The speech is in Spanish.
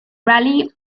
rally